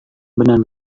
benar